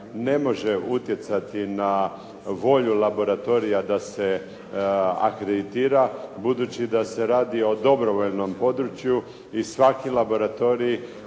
ne može utjecati na volju laboratorija da se akreditira budući da se radi o dobrovoljnom području i svaki laboratorij